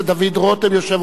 יושב-ראש הוועדה,